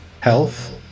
Health